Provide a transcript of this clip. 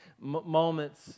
Moments